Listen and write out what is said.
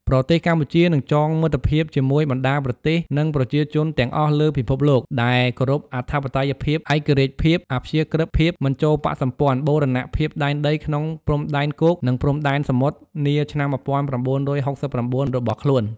ប្រទេសកម្ពុជានឹងចងមិត្តភាពជាមួយបណ្តាប្រទេស និងប្រជាជនទាំងអស់លើពិភពលោក ដែលគោរពអធិបតេយ្យភាព ឯករាជ្យភាព អព្យាក្រឹតភាព មិនចូលបក្សសម្ព័ន្ធ បូរណភាពដែនដីក្នុងព្រំដែនគោក និងព្រំដែនសមុទ្រនាឆ្នាំ១៩៦៩ របស់ខ្លួន។